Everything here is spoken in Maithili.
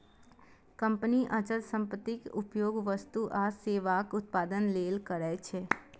कंपनी अचल संपत्तिक उपयोग वस्तु आ सेवाक उत्पादन लेल करै छै